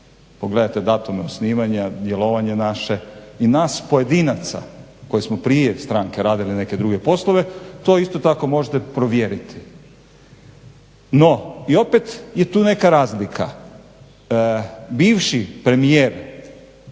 Pogledajte datume osnivanja, djelovanje naše i nas pojedinaca koji smo prije stranke radile neke druge poslove, to isto tako možete provjeriti. No i opet je tu neka razlika. Bivši premijer